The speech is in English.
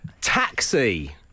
Taxi